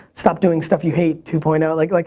stop doing stuff you hate, two point like like